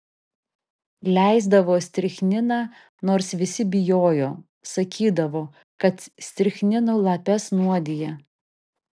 leisdavo strichniną nors visi bijojo sakydavo kad strichninu lapes nuodija